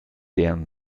deren